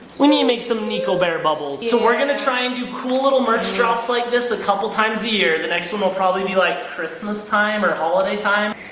we need to make some niko bear bubbles. so we're going to try to and do cool little merch drops like this a couple times a year. the next one will probably be, like, christmas time or holiday time.